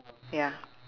ya